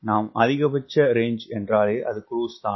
நாம் அதிகபட்ச ரேஞ்ச் என்றாலே அது குரூஸ் தான்